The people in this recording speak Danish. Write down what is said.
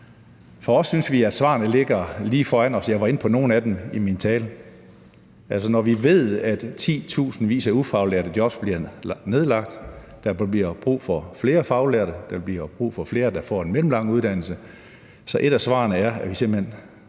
Vi synes, at svarene ligger lige foran os. Jeg var inde på nogle af dem i min tale. Altså, når vi ved, at titusindvis af ufaglærte jobs bliver nedlagt, at der bliver brug for flere faglærte, og at der bliver brug for flere, der får en mellemlang uddannelse, så er et af svarene, at vi simpelt hen